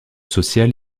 social